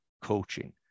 coaching